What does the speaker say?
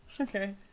Okay